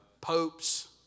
popes